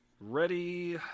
Ready